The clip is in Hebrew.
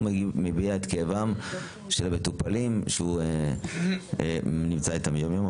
מביע את כאבם של מטופלים שהוא נמצא איתם יום-יום,